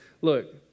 look